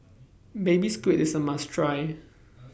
Baby Squid IS A must Try